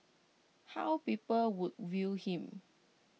how people would view him